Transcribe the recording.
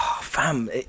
Fam